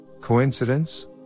Coincidence